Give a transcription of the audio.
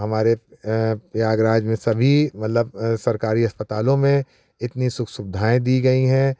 हमारे प्रयागराज में सभी मतलब सरकारी अस्पतालों में इतनी सुख सुविधाएं दी गई हैं